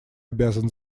обязан